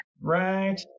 right